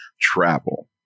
Travel